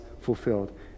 fulfilled